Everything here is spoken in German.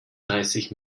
dreißig